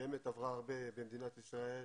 שבאמת עברה הרבה במדינת ישראל.